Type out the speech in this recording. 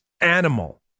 animal